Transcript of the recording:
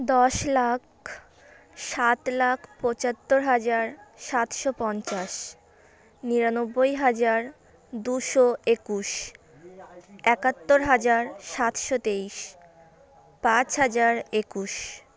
দশ লাখ সাত লাখ পঁচাত্তর হাজার সাতশো পঞ্চাশ নিরানব্বই হাজার দুশো একুশ একাত্তর হাজার সাতশো তেইশ পাঁচ হাজার একুশ